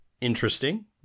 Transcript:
Interesting